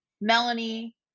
Melanie